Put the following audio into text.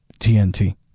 TNT